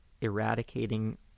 eradicating